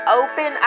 open